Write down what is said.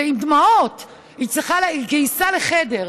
ועם דמעות היא גייסה לחדר.